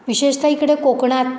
विशेषतः इकडे कोकणात